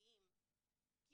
והתרבותיים כי